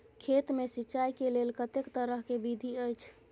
खेत मे सिंचाई के लेल कतेक तरह के विधी अछि?